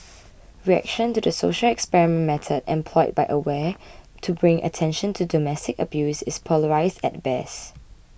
reaction to the social experiment method employed by Aware to bring attention to domestic abuse is polarised at best